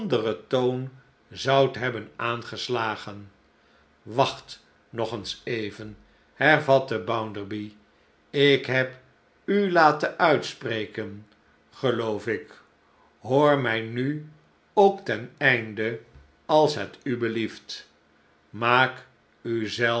anderen toon zoudt hebben aangeslagen wacht nog eens even hervatte bounderby ik heb u laten uitspreken geloof ik hoor mij nu ook ten einde als het u belieft maak